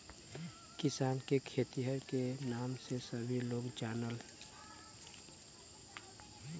किसान के खेतिहर के नाम से भी लोग जानलन